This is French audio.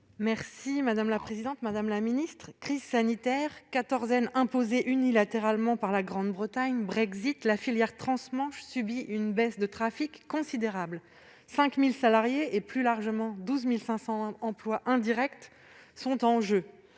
Madame la secrétaire d'État, crise sanitaire, quatorzaine imposée unilatéralement par la Grande-Bretagne, Brexit : la filière transmanche subit une baisse de trafic considérable. Quelque 5 000 salariés et, plus largement, 12 500 emplois indirects sont en jeu.